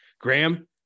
Graham